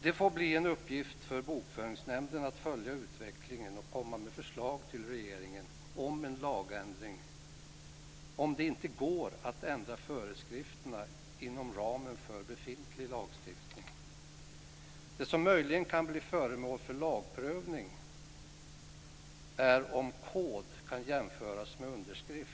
Det får bli en uppgift för Bokföringsnämnden att följa utvecklingen och komma med förslag till regeringen om en lagändring om det inte går att ändra föreskrifterna inom ramen för befintlig lagstiftning. Det som möjligen kan bli föremål för lagprövning är om kod kan jämföras med underskrift.